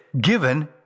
given